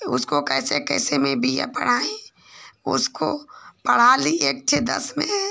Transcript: उसको कैसे कैसे मैं बी ए पढ़ाई उसको पढ़ा ली एक ठो दस में है